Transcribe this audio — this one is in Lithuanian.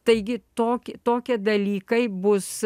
taigi tokį tokie dalykai bus